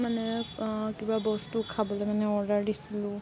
মানে কিবা বস্তু খাবলৈ মানে অৰ্ডাৰ দিছিলোঁ